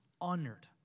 honored